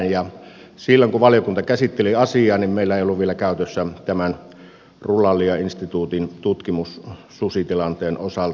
silloin kun valiokunta käsitteli asiaa meillä ei ollut vielä käytössä ruralia instituutin tutkimusta susitilanteen osalta